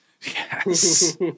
Yes